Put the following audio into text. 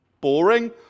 boring